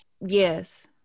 Yes